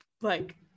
like-